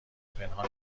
پنهان